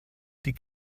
die